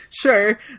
sure